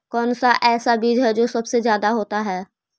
कौन सा ऐसा बीज है जो सबसे ज्यादा होता है?